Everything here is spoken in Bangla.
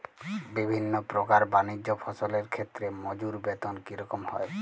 বিভিন্ন প্রকার বানিজ্য ফসলের ক্ষেত্রে মজুর বেতন কী রকম হয়?